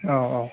औ औ